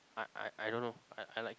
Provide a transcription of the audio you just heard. I I I don't know I I like it